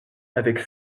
avec